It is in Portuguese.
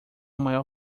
maior